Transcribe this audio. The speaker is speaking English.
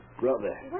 brother